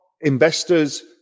investors